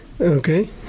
Okay